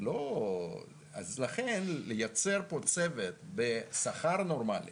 לכן לייצר פה צוות בשכר נורמלי